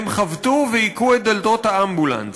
הם חבטו והכו את דלתות האמבולנס,